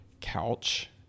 couch